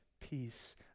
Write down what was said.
peace